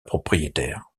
propriétaire